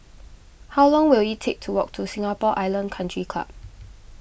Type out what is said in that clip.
how long will it take to walk to Singapore Island Country Club